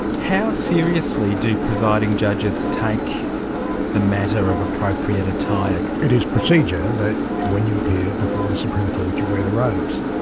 how seriously do presiding judges take the matter of appropriate attire? it is procedure that when you appear before the supreme court, you wear the robes.